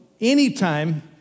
anytime